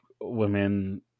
women